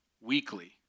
weekly